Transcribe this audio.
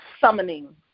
summoning